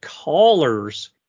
callers